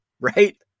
right